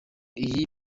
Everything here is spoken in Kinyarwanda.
iyi